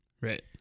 Right